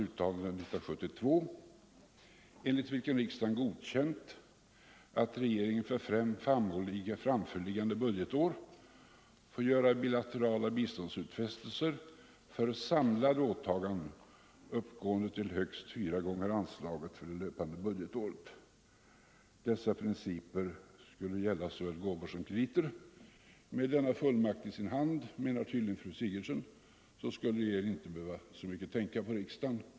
det svenska uttalande 1972, enligt vilket riksdagen godkänt att regeringen för fem = stödet till ett framförliggande budgetår får göra bilaterala biståndsutfästelser för sam = skogsindustriprojekt lade åtaganden uppgående till högst fyra gånger anslaget för det löpande i Nordvietnam budgetåret. Dessa principer skulle gälla såväl gåvor som krediter. Med den fullmakten i sin hand, menar tydligen fru Sigurdsen, skulle rege ringen inte heller behöva tänka så mycket på riksdagen.